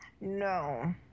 No